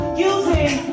using